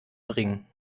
bringen